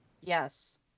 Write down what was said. Yes